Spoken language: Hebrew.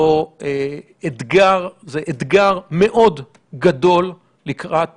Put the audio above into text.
הוא אתגר מאוד גדול לקראת